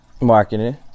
Marketing